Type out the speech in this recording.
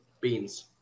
beans